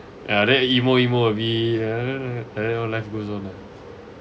ya then emo emo a bit like that one life goes on ah